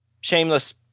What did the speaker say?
shameless